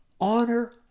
Honor